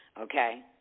Okay